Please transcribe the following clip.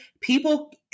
People